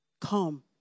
come